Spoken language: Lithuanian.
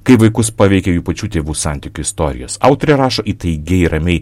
kai vaikus paveikia jų pačių tėvų santykių istorijos autorė rašo įtaigiai ramiai